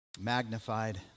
magnified